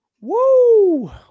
Woo